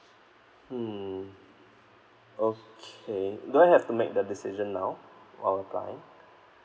mm okay do I have to make the decision now or apply